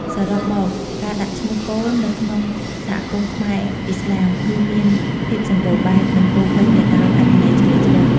សរុបមក ការដាក់ឈ្មោះកូននៅក្នុងសហគមន៍ខ្មែរឥស្លាម គឺមានភាពសម្បូរបែប និងពោរពេញទៅដោយអត្ថន័យជ្រាលជ្រៅ។